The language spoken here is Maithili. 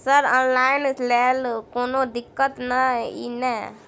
सर ऑनलाइन लैल कोनो दिक्कत न ई नै?